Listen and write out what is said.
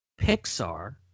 Pixar